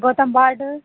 Gautam ward